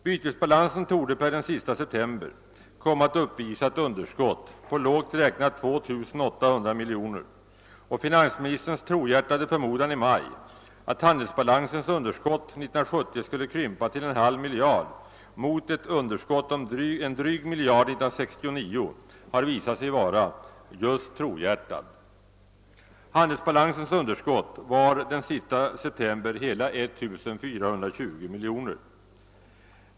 Bytesbalansen torde per den sista september komma att uppvisa ett underskott på lågt räknat 2 800 miljoner kronor och finansministerns trohjärtas de förmodan i maj, att handelsbalansens underskott 1970 skulle krympa till cirka en halv miljard mot ett underskott om en dryg miljard 1969, har visat sig vara just trohjärtad. Handelsbalansens underskott var den sista september hela 1420 miljoner.